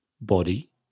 body